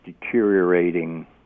deteriorating